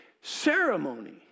ceremony